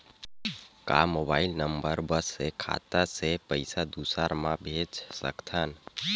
का mobile number बस से खाता से पईसा दूसरा मा भेज सकथन?